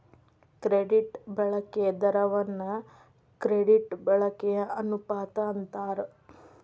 credit ಬಳಕೆ ದರವನ್ನ credit ಬಳಕೆಯ ಅನುಪಾತ ಅಂತಾರ